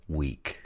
week